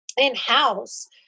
in-house